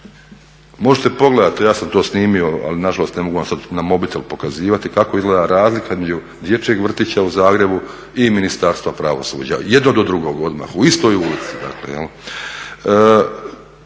Možete pogledati, ja sam to snimio ali nažalost ne mogu vam sad na mobitel pokazivati kako izgleda razlika između dječjeg vrtića u Zagrebu i Ministarstva pravosuđa, jedno do drugog odmah u istoj ulici